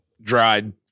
dried